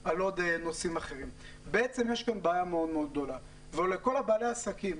יש בעיה גדולה שנוגעת לכל העסקים.